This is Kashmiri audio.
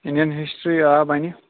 اِنڈین ہِسٹری آ بنہِ